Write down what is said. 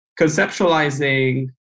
conceptualizing